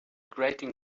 grating